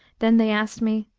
then they asked me,